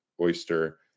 Oyster